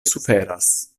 suferas